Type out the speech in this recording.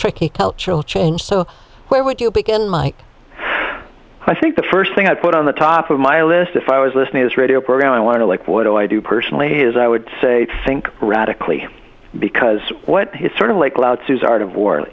tricky cultural change so where would you begin like i think the first thing i'd put on the top of my list if i was listening is radio program i want to like what do i do personally is i would say think radically because what his sort of like loud says art of war